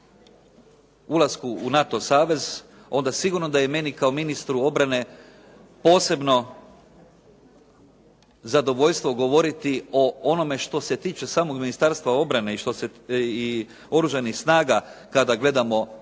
ulasku u NATO savez, onda sigurno da je meni kao ministru obrane posebno zadovoljstvo govoriti o onome što se tiče samog Ministarstva obrane i Oružanih snaga kada gledamo